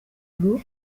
blu